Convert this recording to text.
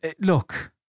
look